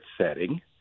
setting